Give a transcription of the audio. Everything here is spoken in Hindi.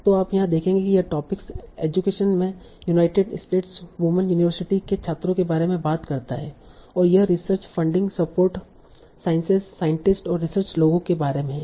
तो आप यहां देखेंगे कि यह टोपिक एजुकेशन में यूनाइटेड स्टैट्स वुमन यूनिवर्सिटीज के छात्रों के बारे में बात करता है और यह research funding support sciences scientists और रिसर्च लोगों के बारे में है